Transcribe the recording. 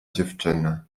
dziewczyna